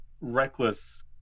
reckless